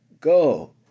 Go